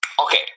okay